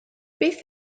beth